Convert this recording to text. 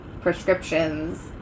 prescriptions